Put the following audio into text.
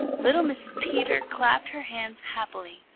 little mrs. peter clapped her hands happily.